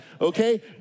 Okay